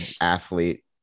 athlete